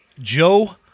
Joe